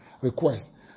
request